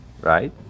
right